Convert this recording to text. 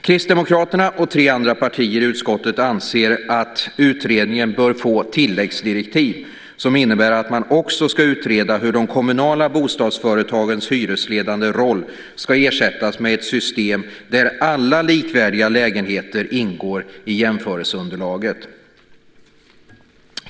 Kristdemokraterna och tre andra partier i utskottet anser att utredningen bör få tilläggsdirektiv som innebär att man också ska utreda hur de kommunala bostadsföretagens hyresledande roll ska ersättas med ett system där alla likvärdiga lägenheter ingår i jämförelseunderlaget.